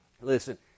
Listen